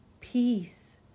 Peace